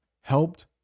helped